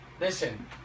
Listen